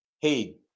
hey